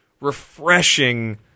refreshing